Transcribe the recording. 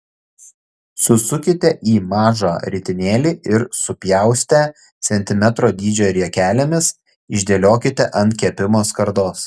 susukite į mažą ritinėlį ir supjaustę centimetro dydžio riekelėmis išdėliokite ant kepimo skardos